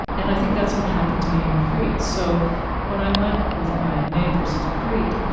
and i think that's what happened to me in crete. so when i went with my neighbors to crete,